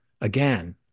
again